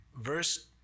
verse